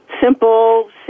simple